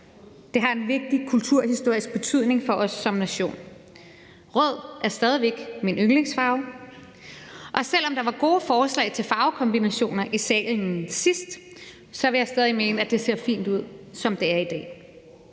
Det har en vigtig kulturhistorisk betydning for os som nation. Rød er stadig væk min yndlingsfarve. Og selv om der sidst var gode forslag i salen til farvekombinationer, vil jeg stadig mene, at det ser fint ud, som det er i dag.